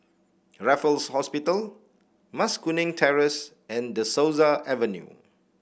Raffles Hospital Mas Kuning Terrace and De Souza Avenue